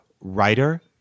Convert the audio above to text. writer